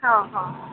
ହଁ ହଁ